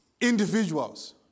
individuals